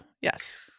Yes